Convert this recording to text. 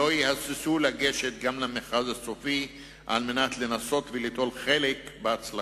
לא יהססו לגשת גם למכרז הסופי כדי לנסות להשתתף בהצלחה.